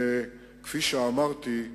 כפי שאמרתי,